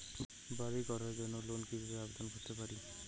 বাড়ি করার জন্য লোন কিভাবে আবেদন করতে পারি?